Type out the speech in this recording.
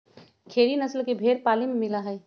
खेरी नस्ल के भेंड़ पाली में मिला हई